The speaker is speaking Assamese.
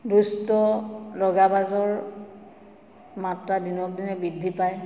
দুষ্ট দগাবাজৰ মাত্ৰা দিনক দিনে বৃদ্ধি পায়